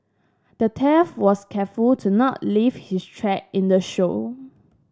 the was careful to not leave his track in the show